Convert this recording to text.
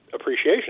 appreciation